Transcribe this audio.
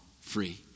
free